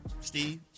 Steve